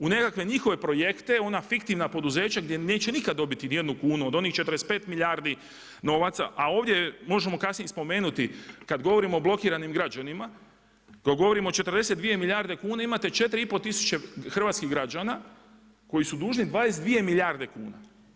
U nekakve njihove projekte, ona fiktivna poduzeća gdje neće nikada dobiti niti jednu kunu od onih 45 milijardi novaca, a ovdje možemo kasnije i spomenuti, kada govorimo o blokiranim građanima, kada govorimo o 42 milijardi kuna, imate 4,5 tisuće hrvatskih građana, koji su duženi 22 milijarde kuna.